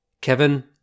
Kevin